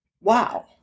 Wow